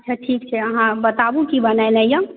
अच्छा ठीक छै हँ अहाँ बताबू की बनेनाए अइ